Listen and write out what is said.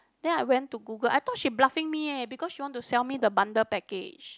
then I went to Google I thought she bluffing me eh because she want to sell me the bundle package